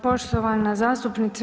Poštovana zastupnice.